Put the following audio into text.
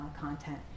content